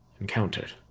encountered